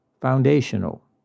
foundational